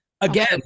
Again